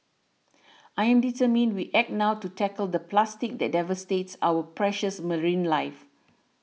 I am determined we act now to tackle the plastic that devastates our precious marine life